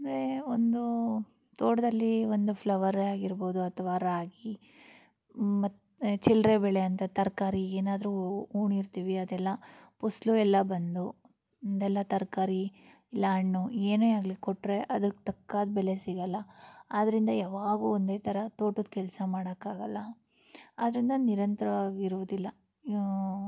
ಅಂದರೆ ಒಂದು ತೋಟದಲ್ಲಿ ಒಂದು ಫ್ಲವರೇ ಆಗಿರ್ಬೋದು ಅಥವಾ ರಾಗಿ ಮತ್ತು ಚಿಲ್ಲರೆ ಬೆಳೆಯಂಥ ತರಕಾರಿ ಏನಾದ್ರೂ ಊಳಿರ್ತೀವಿ ಅದೆಲ್ಲ ಫಸ್ಲು ಎಲ್ಲ ಬಂದು ಅದೆಲ್ಲ ತರಕಾರಿ ಇಲ್ಲ ಹಣ್ಣು ಏನೇ ಆಗಲಿ ಕೊಟ್ಟರೆ ಅದಕ್ಕೆ ತಕ್ಕಾದ ಬೆಲೆ ಸಿಗೋಲ್ಲ ಆದ್ದರಿಂದ ಯಾವಾಗೂ ಒಂದೇ ಥರ ತೋಟದ ಕೆಲಸ ಮಾಡೋಕ್ಕಾಗಲ್ಲ ಆದ್ದರಿಂದ ನಿರಂತರವಾಗಿರುವುದಿಲ್ಲ